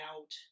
out